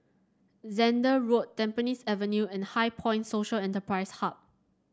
Zehnder Road Tampines Avenue and HighPoint Social Enterprise Hub